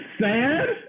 sad